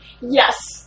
Yes